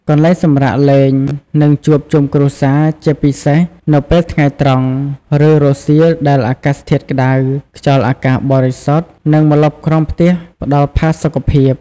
កន្លែងសម្រាកលេង និងជួបជុំគ្រួសារ ជាពិសេសនៅពេលថ្ងៃត្រង់ ឬរសៀលដែលអាកាសធាតុក្តៅ ខ្យល់អាកាសបរិសុទ្ធ និងម្លប់ក្រោមផ្ទះផ្តល់ផាសុកភាព ។